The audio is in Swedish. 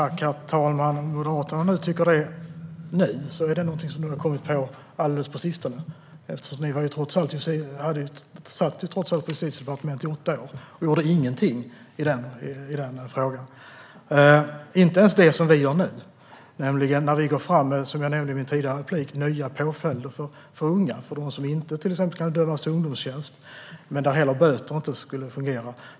Herr talman! Om Moderaterna nu tycker detta är det någonting som de har kommit på alldeles på sistone. Ni satt trots allt på Justitiedepartementet i åtta år och gjorde ingenting i frågan - inte ens det som vi gör nu. Vi går nämligen fram med nya påföljder för unga, som jag nämnde i mitt tidigare inlägg. Det gäller till exempel dem som inte kan dömas till ungdomstjänst men där inte heller böter skulle fungera.